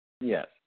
Yes